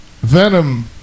Venom